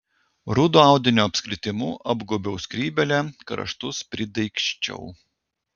rudo audinio apskritimu apgaubiau skrybėlę kraštus pridaigsčiau